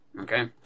Okay